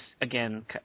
again